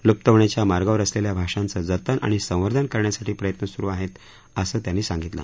लुप्त होण्याच्या मार्गावर असलेल्या भाषांचं जतन आणि संवर्धन करण्यासाठी प्रयत्न सुरु आहेत असं त्यांनी सांगितलं